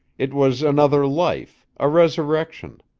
it was another life, a resurrection.